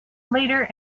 leader